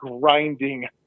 grinding